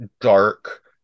dark